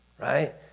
right